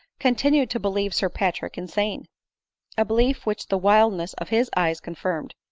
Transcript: continued to believe sir patrick insane a belief which the wildness of his eyes confirmed.